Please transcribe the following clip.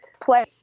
play